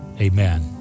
Amen